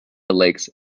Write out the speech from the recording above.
lakes